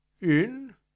In